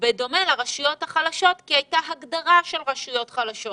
בדומה לרשויות החלשות כי הייתה הגדרה של רשויות חלשות.